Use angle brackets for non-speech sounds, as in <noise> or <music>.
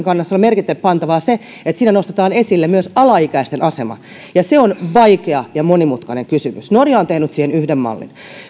<unintelligible> kannassa on merkille pantavaa se että siinä nostetaan esille myös alaikäisten asema ja se on vaikea ja monimutkainen kysymys norja on tehnyt siihen yhden mallin